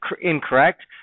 incorrect